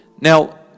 Now